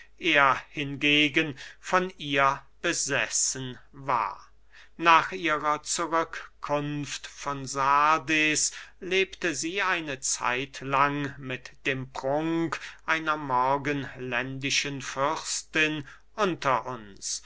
er hingegen von ihr besessen war nach ihrer zurückkunft von sardes lebte sie eine zeit lang mit dem prunk einer morgenländischen fürstin unter uns